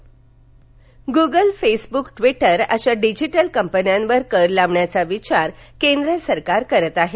कर Google Facebook Twitter अशा डिजिटल कंपन्यांवर कर लावण्याचा विचार केंद्र सरकार करत आहे